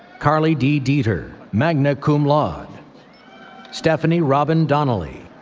carly d. deeter, magna cum laude stephanie robin donnelly,